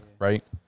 right